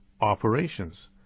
Operations